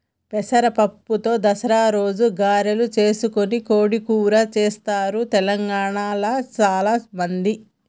పెసర పప్పుతో దసరా రోజు గారెలు చేసుకొని కోడి కూర చెస్తారు తెలంగాణాల చాల మంది